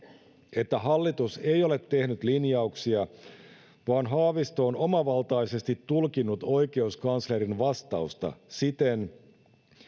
että hallitus ei ole tehnyt linjauksia vaan haavisto on omavaltaisesti tulkinnut oikeuskanslerin vastausta siten